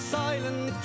silent